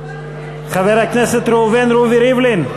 חבר הכנסת ראובן רובי ריבלין,